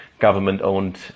government-owned